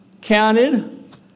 counted